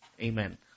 Amen